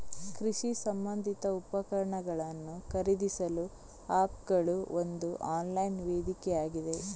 ಕೃಷಿ ಸಂಬಂಧಿತ ಉಪಕರಣಗಳನ್ನು ಖರೀದಿಸಲು ಆಪ್ ಗಳು ಒಂದು ಆನ್ಲೈನ್ ವೇದಿಕೆಯಾಗಿವೆ